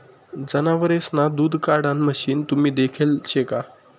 जनावरेसना दूध काढाण मशीन तुम्ही देखेल शे का?